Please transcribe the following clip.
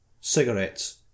cigarettes